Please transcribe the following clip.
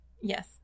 Yes